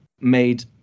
made